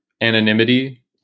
anonymity